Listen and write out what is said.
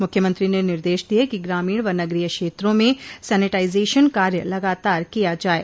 मुख्यमंत्री ने निर्देश दिये कि ग्रामीण व नगरीय क्षेत्रों में सेनिटाइजेशन कार्य लगातार किया जाये